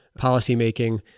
policymaking